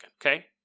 okay